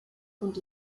und